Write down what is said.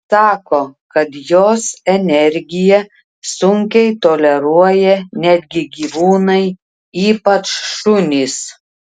sako kad jos energiją sunkiai toleruoja netgi gyvūnai ypač šunys